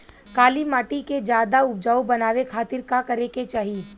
काली माटी के ज्यादा उपजाऊ बनावे खातिर का करे के चाही?